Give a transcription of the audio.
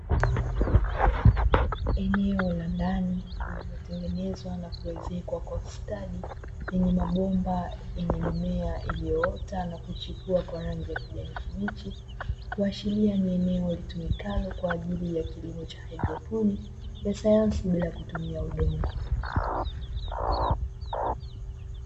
Eneo la ndani lililotengenezwa na kuwezekwa kwa ustadi, lenye mabomba yenye mimea iliyoota na kuchipua kwa rangi ya kijani kibichi kuashiria ni eneo litumikalo kwaajili kilimo cha haidroponi ya sayansi bila kutumia udongo.